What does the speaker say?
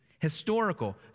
historical